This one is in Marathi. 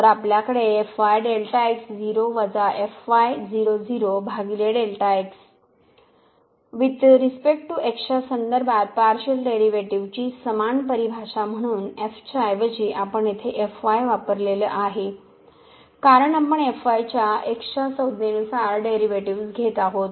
तर आपल्याकडे वुईथ रिस्पेक्ट टू X च्या संदर्भात पार्शिअल डेरिव्हेटिव्ह्जची समान परिभाषा म्हणून च्या ऐवजी आपण येथे fy वापरला आहे कारण आपण fy च्या x च्या संज्ञेनुसार डेरिव्हेटिव्ह्ज घेत आहोत